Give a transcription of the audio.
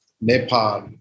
Nepal